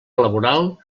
laboral